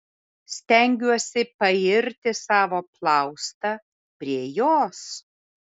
stengiuosi pairti savo plaustą prie jos